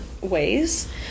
...ways